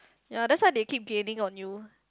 ya that's why they keep gaining on you